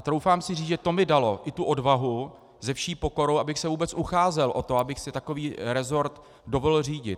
Troufám si říct, že to mi dalo i tu odvahu se vší pokorou, abych se vůbec ucházel o to, abych si takový rezort dovolil řídit.